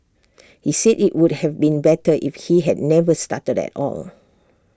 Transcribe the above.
he said IT would have been better if he had never started at all